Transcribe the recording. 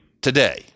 today